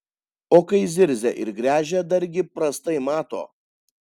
o kai zirzia ir gręžia dargi prastai mato